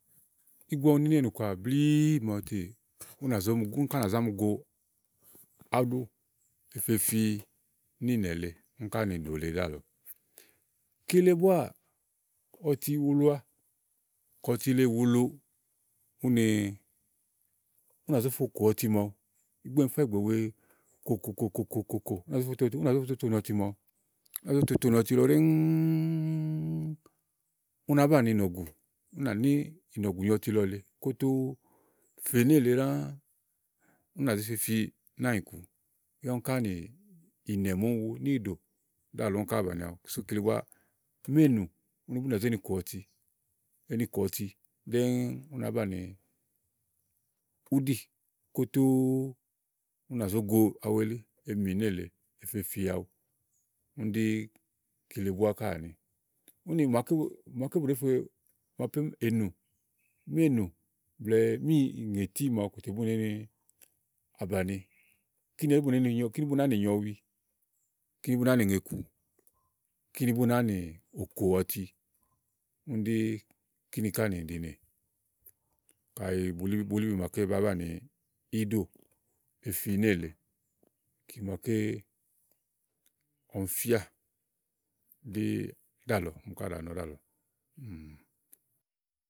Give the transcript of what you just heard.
ígbɔ úni ni ínɛ̀nù kɔà blíí màawu tè únà za mi, úni ká nà zá mi go aɖu efe níìnɛ lèe úni ká nìɖò lèe ɖáàlɔ. kile búáà ɔti wulua ka ɔti le wùulu, úni ú nà zó fo kò ɔti màawu ígbɔ úni yifá ìgbè wèe kòkòkòkò kò, ú nàzá fo toto ènù ɔti màaɖu ú nà zó toto ènù ɔti lɔ ɖɛ́ɛŋúú ú nàá banìí ìnɔ̀gù ú nànì ìnɔ̀gù nyo ɔti lɔ lèe kótóó fè nélèe ɖãã, ú nà zé fe fi náà nyi ku yá úni ká nìnɛ màà úni wu, níìɖò ɖáàlɔ úni ká bàni awu úni sú kele búá méènù úni bú nà zé ni kò ɔti, eni kò ɔti ɖɛ́ɛŋúú ú nàá banìi uɖí kótóó, ú nà zó go awu elí emì nélèe, fe fi awu. úɖí ɖíkile búá ká àni, úni máaké bu ɖèéfe, máaké ènù, méè nù blɛ̀ɛ míìŋétí màaɖu kòtè bú nèé ni abàni kini ɛɖí bú nèé ni kíni ɛɖí bú náa ní nyɛ ɔwi, kíni bú náa nì ŋè iku, kíni bú náa nì òkò ɔti, úni ɖí kíní ká nìɖinè. kayi bulíbi, bulíbi màaké bàá banìi íɖò efi nélèe, kìmàaké ɔmi fíà ɖì ɖáàlɔ ɔmi ká ɖàa nɔ ɖáàlɔ.